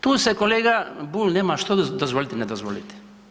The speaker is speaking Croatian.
Tu se kolega Bulj nema što dozvoliti ili ne dozvoliti.